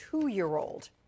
two-year-old